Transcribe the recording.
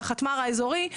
לחטמ"ר האזורי,